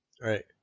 Right